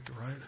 right